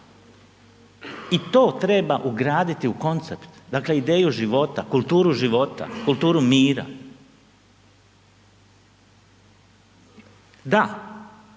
i to treba ugraditi u koncept, dakle ideju života, kulturu života, kulturu mira. Da,